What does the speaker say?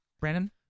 Brandon